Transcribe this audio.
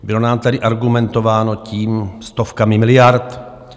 Bylo nám tady argumentováno stovkami, stovkami miliard.